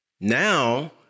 Now